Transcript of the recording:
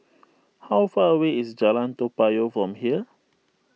how far away is Jalan Toa Payoh from here